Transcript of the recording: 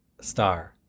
Star